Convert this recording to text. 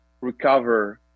recover